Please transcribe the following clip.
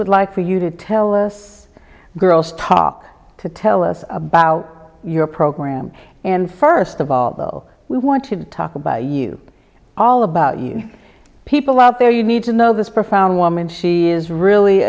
would like for you to tell us girls talk to tell us about your program and first of all though we want to talk about you all about you people out there you need to know this profound woman she is really